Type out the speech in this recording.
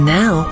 now